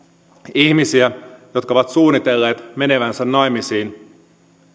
ihmisiä jotka ovat suunnitelleet menevänsä naimisiin